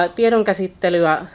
Tiedonkäsittelyä